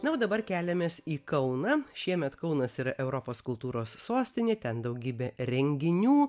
na o dabar keliamės į kauną šiemet kaunas yra europos kultūros sostinė ten daugybė renginių